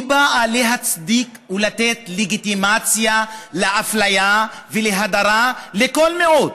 היא באה להצדיק ולתת לגיטימציה לאפליה ולהדרה לכל מיעוט,